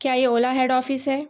کیا یہ Ola head office ہے